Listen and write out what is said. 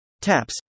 taps